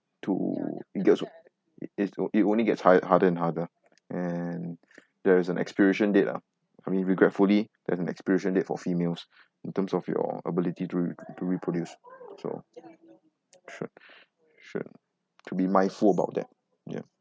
to gets it's it only gets harder harder and harder and there is an expiration date ah I mean regretfully there's an expiration date for females in terms of your ability to to reproduce so should should to be mindful about that ya